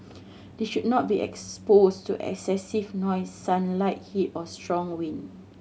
they should not be exposed to excessive noise sunlight heat or strong wind